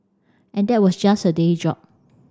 and that was just her day job